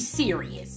serious